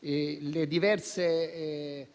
I diversi